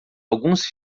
alguns